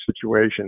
situation